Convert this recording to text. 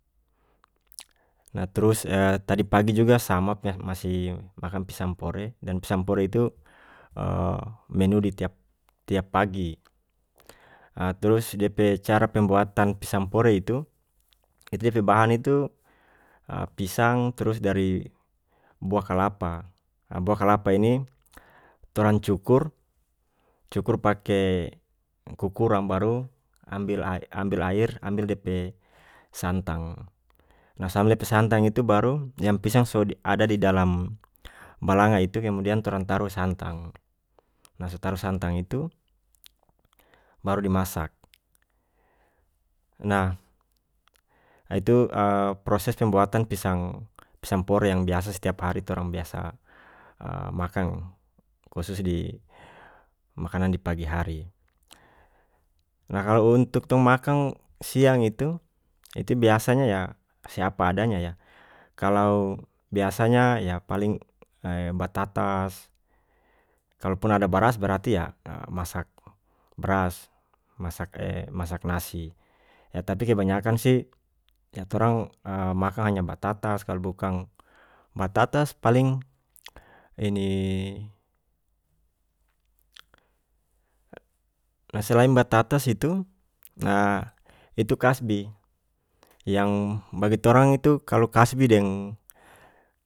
Nah trus tadi pagi juga sama masih makan pisang pore dan pisang pore itu menu di tiap-tiap pagi ah trus dia pe cara pembuatan pisang pore itu-itu dia pe bahan itu pisang trus dari buah kalapa ah buah kalapa ini torang cukur-cukur pake kukurang baru ambel-ambel air ambel dia pe santang nah santang itu baru yang pisang so ada didalam balanga itu kemudian tong taruh santang nah so taruh santang itu baru dimasak nah itu proses pembuatan pisang-pisang pore yang biasa stiap hari torang biasa makang khusus di makanan di pagi hari nah kalu untuk tong makang siang itu-itu biasa se apa adanya yah kalau biasanya yah paling batatas kalaupun ada baras berarti yah masak bras-masak nasi tapi kebanyakan sih ya torang makang hanya batatas kalu bukang batatas paling ini nah selain batatas itu nah itu kasbi yang bagi torang itu kalu kasbi deng.